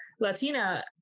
Latina